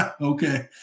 Okay